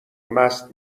مست